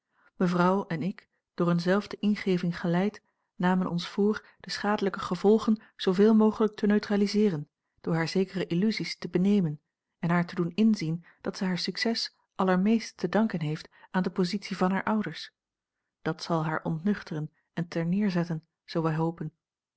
mevrouw en ik door eene zelfde ingeving geleid namen ons voor de schadelijke gevolgen zooveel mogelijk te neutraliseeren door haar zekere illusies te benemen en haar te doen inzien dat zij haar succes allermeest te danken heeft aan a l g bosboom-toussaint langs een omweg de positie van hare ouders dat zal haar ontnuchteren en terneerzetten zoo wij hopen